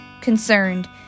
concerned